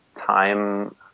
time